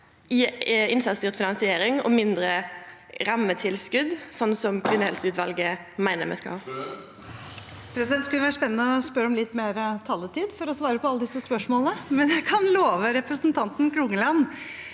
innsatsstyrt finansiering og mindre rammetilskot, som kvinnehelseutvalet meiner me skal ha?